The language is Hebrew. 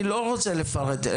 אני לא רוצה לפרט.